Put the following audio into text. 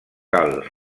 cal